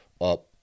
up